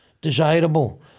desirable